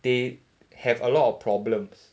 they have a lot of problems